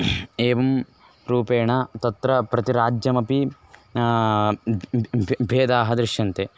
एवं रूपेण तत्र प्रतिराज्यमपि भेदाः दृश्यन्ते